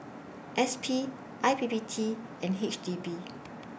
S P I P P T and H D B